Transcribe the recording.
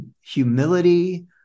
humility